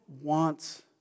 wants